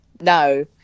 No